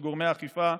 לגורמי האכיפה,